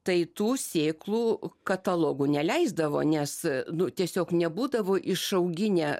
tai tų sėklų katalogų neleisdavo nes nu tiesiog nebūdavo išauginę